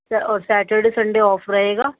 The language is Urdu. سر اور سیٹرڈے سنڈے آف رہے گا